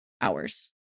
hours